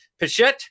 pichette